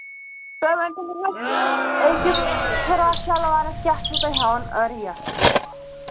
تُہۍ ؤنۍتو مےٚ أکِس فِراک شَلوارَس کیٛاہ چھُو تُہۍ ہٮ۪وان ریٹ